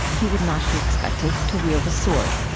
he would not be expected to wield a sword.